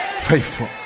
faithful